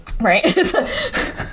right